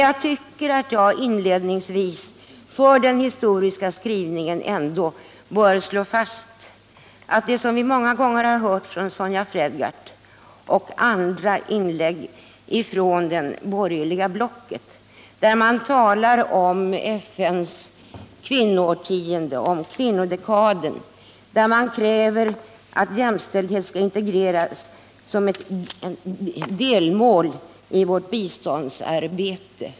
Jag anser att jag för den historiska skrivningen bör slå fast det som vi många gånger hört från Sonja Fredgardh och andra inom det borgerliga blocket, där man talar om FN:s kvinnoårtionde, om kvinnodekaden, där man kräver att jämställdhet skall integreras som ett delmål i vårt biståndsarbete.